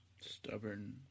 Stubborn